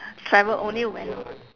travel only when